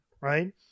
Right